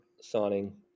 signing